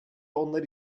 onlar